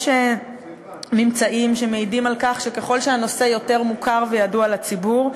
יש ממצאים שמעידים על כך שככל שהנושא יותר מוכר וידוע לציבור,